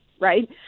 right